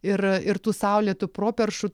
ir ir tų saulėtų properšų